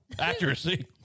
accuracy